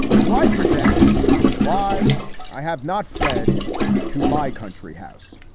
so i present why i have not fled to my country house.